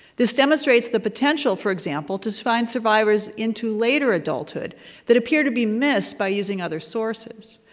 this demonstrates the potential, for example, to find survivors into later adulthood that appear to be missed by using other sources.